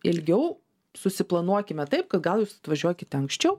ilgiau susiplanuokime taip gal jūs atvažiuokite anksčiau